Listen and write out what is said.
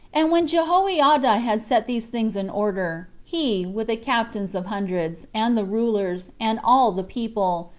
and when jehoiada had set these things in order, he, with the captains of hundreds, and the rulers, and all the people,